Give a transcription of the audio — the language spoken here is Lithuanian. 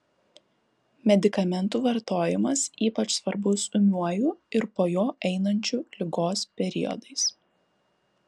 medikamentų vartojimas ypač svarbus ūmiuoju ir po jo einančiu ligos periodais